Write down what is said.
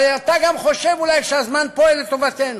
אבל אתה גם חושב אולי שהזמן פועל לטובתנו.